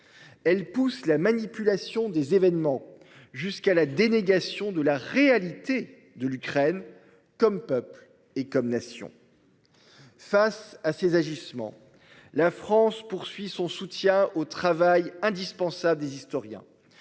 Elle pousse la manipulation des événements jusqu'à la dénégation de la réalité de l'Ukraine comme peuple et comme nation. Face à ces agissements. La France poursuit son soutien au travail indispensable des historiens.